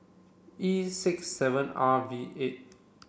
E six seven R V eight